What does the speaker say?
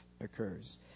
occurs